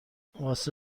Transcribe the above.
واسه